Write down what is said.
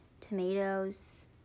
tomatoes